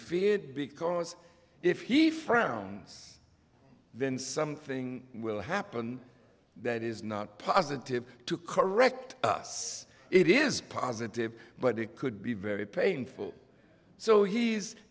feared because if he frowned then something will happen that is not positive to correct us it is positive but it could be very painful so he's